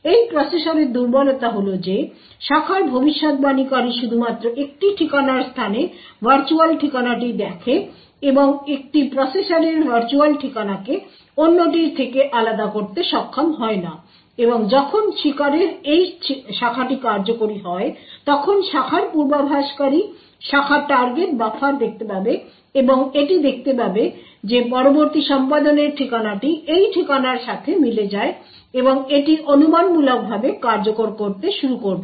এই প্রসেসরের দুর্বলতা হল যে শাখার ভবিষ্যদ্বাণীকারী শুধুমাত্র একটি ঠিকানার স্থানে ভার্চুয়াল ঠিকানাটি দেখে এবং একটি প্রসেসের ভার্চুয়াল ঠিকানাকে অন্যটির থেকে আলাদা করতে সক্ষম হয় না এবং যখন শিকারের এই শাখাটি কার্যকরি হয় তখন শাখার পূর্বাভাসকারী শাখা টার্গেট বাফার দেখতে পাবে এবং এটি দেখতে পাবে যে পরবর্তী সম্পাদনের ঠিকানাটি এই ঠিকানার সাথে মিলে যায় এবং এটি অনুমানমূলকভাবে কার্যকর করতে শুরু করবে